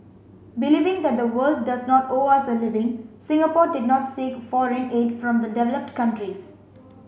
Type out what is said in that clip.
believing that the world does not owe us a living Singapore did not seek foreign aid from the developed countries